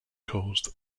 caused